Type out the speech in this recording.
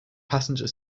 passenger